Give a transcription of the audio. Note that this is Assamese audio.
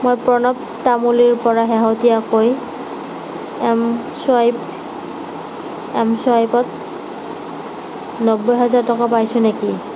মই প্ৰণৱ তামুলীৰ পৰা শেহতীয়াকৈ এম চুৱাইপ এম চুৱাইপত নব্বৈ হাজাৰ টকা পাইছো নেকি